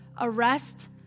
arrest